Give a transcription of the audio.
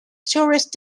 tourist